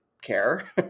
care